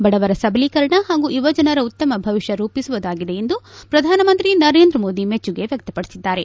ಬಡವರ ಸಬಲೀಕರಣ ಹಾಗೂ ಯುವಜನರ ಉತ್ತಮ ಭವಿಷ್ಯ ರೂಪಿಸುವುದಾಗಿದೆ ಎಂದು ಪ್ರಧಾನಮಂತ್ರಿ ನರೇಂದ್ರ ಮೋದಿ ಮೆಚ್ಚುಗೆ ವ್ಯಕ್ತಪಡಿಸಿದ್ದಾರೆ